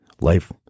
Life